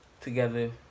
together